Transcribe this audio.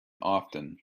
often